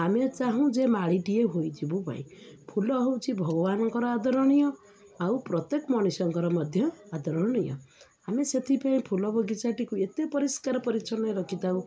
ଆମେ ଚାହୁଁ ଯେ ମାଳିଟିଏ ହୋଇଯିବୁ ପାଇଁ ଫୁଲ ହଉଚି ଭଗବାନଙ୍କର ଆଦରଣୀୟ ଆଉ ପ୍ରତ୍ୟେକ ମଣିଷଙ୍କର ମଧ୍ୟ ଆଦରଣୀୟ ଆମେ ସେଥିପାଇଁ ଫୁଲ ବଗିଚାଟିକୁ ଏତେ ପରିଷ୍କାର ପରିଚ୍ଛନ୍ନ ରଖିଥାଉ